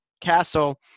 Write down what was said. castle